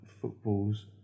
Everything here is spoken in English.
football's